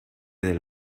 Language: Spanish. del